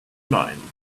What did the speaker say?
line